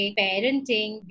parenting